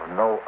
no